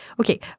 okay